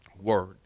word